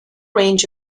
range